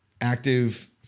Active